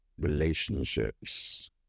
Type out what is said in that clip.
relationships